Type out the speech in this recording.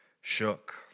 shook